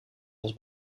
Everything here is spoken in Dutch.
was